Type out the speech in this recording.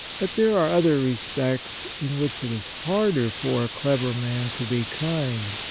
but there are other re spects in which it is harder for a clever man to be kind,